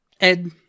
Ed